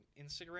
Instagram